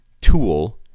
tool